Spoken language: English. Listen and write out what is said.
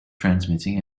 transmitting